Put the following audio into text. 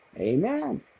Amen